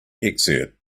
excerpt